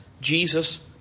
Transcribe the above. Jesus